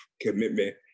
commitment